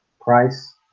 Price